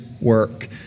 work